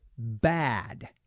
bad